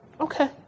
Okay